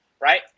right